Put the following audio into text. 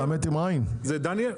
כן.